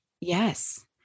Yes